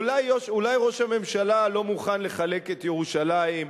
אולי ראש הממשלה לא מוכן לחלק את ירושלים,